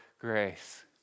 grace